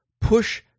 push